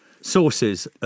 sources